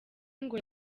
ngo